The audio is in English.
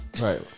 Right